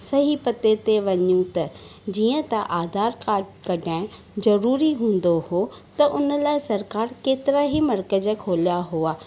सही पते ते वञूं त जीअं त आधार कार्डु कढाइणु ज़रूरी हूंदो हुओ त उन लाइ सरकारु केतिरा ई मर्कज़ खोलिया हुआ